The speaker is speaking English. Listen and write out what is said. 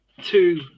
two